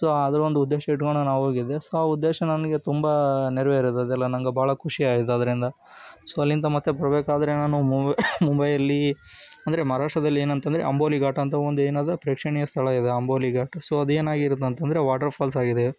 so ಅದು ಒಂದು ಉದ್ದೇಶ ಇಟ್ಕೊಂಡು ನಾನು ಹೋಗಿದ್ದೆ ಸೊ ಆ ಉದ್ದೇಶ ನನಗೆ ತುಂಬ ನೆರವೇರಿದೆ ಅದೆಲ್ಲ ನನಗೆ ಭಾಳ ಖುಷಿ ಆಯಿತು ಅದರಿಂದ ಸೊ ಅಲ್ಲಿಂದ ಮತ್ತೆ ಬರಬೇಕಾದ್ರೆ ನಾನು ಮುಂಬ ಮುಂಬೈಯಲ್ಲಿ ಅಂದರೆ ಮಹಾರಾಷ್ಟ್ರದಲ್ಲಿ ಏನಂತ ಅಂದ್ರೆ ಅಂಬೋಲಿ ಘಾಟ್ ಅಂತ ಒಂದೇನದು ಪ್ರೇಕ್ಷಣೀಯ ಸ್ಥಳ ಇದೆ ಅಂಬೋಲಿ ಘಾಟು ಸೊ ಅದೇನಾಗಿರುತ್ತಂತ ಅಂದ್ರೆ ವಾಟರ್ ಫಾಲ್ಸ್ ಆಗಿದೆ